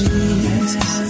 Jesus